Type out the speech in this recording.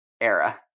era